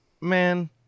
man